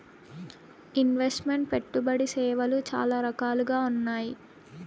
invest meant పెట్టుబడి సేవలు చాలా రకాలుగా ఉన్నాయి